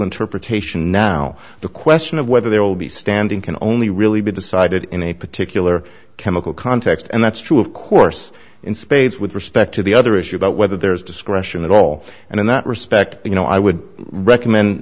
interpretation now the question of whether there will be standing can only really be decided in a particular chemical context and that's true of course in spades with respect to the other issue about whether there is discretion at all and in that respect you know i would recommend